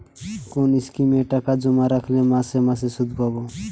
কোন স্কিমে টাকা জমা রাখলে মাসে মাসে সুদ পাব?